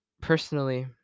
personally